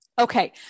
Okay